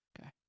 Okay